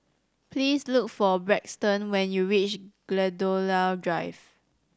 please look for Braxton when you reach Gladiola Drive